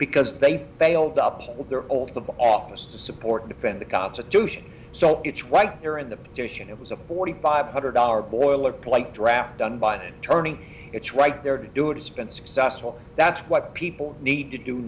because they bailed up all their old office to support defend the constitution so it's right there in the petition it was a forty five hundred dollar boilerplate draft done by an attorney it's right there to do it it's been successful that's what people need to do